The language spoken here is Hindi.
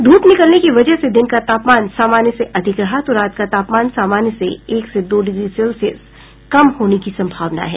धूप निकलने की वजह से दिन का तापमान सामान्य से अधिक रहा तो रात का तापमान सामान्य से एक से दो डिग्री सेल्सियस कम होने की संभावना है